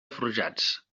forjats